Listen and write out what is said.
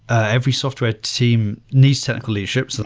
ah every software team needs technical leadership. so